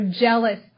jealous